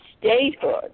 statehood